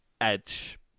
Edge